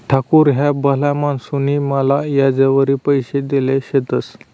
ठाकूर ह्या भला माणूसनी माले याजवरी पैसा देल शेतंस